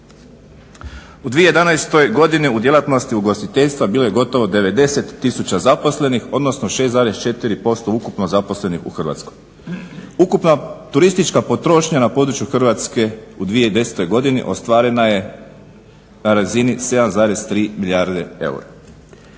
U 2011.godini u djelatnosti ugostiteljstva bila je gotovo 90 tisuća zaposlenih odnosno 6,4% ukupno zaposlenih u Hrvatskoj. Ukupna turistička potrošnja na području Hrvatske u 2010.godini ostvarena je na razini 7,3 milijarde eura.